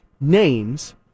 names